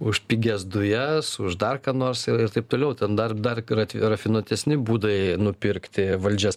už pigias dujas už dar ką nors ir taip toliau ten dar dar yra tik rafinuotesni būdai nupirkti valdžias